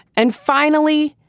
and finally,